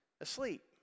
asleep